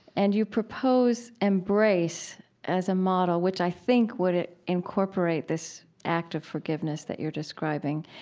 and you propose embrace as a model which i think would incorporate this act of forgiveness that you're describing.